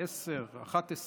10, 11,